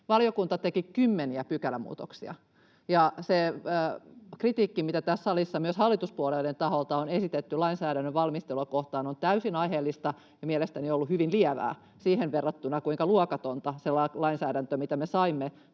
Valiokunta teki kymmeniä pykälämuutoksia, ja se kritiikki, mitä tässä salissa myös hallituspuolueiden taholta on esitetty lainsäädännön valmistelua kohtaan, on täysin aiheellista ja mielestäni hyvin lievää siihen verrattuna, kuinka luokatonta oli se lainsäädäntö, mitä me saimme